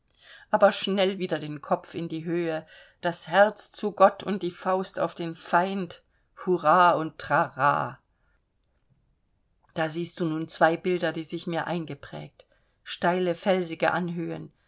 aber schnell wieder den kopf in die höhe das herz zu gott und die faust auf den feind hurrah und trara da siehst du nun zwei bilder die sich mir eingeprägt steile felsige anhöhen